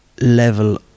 level